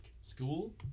school